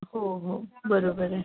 हो हो बरोबर आहे